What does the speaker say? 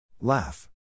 Laugh